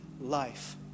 life